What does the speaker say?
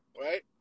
right